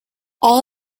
all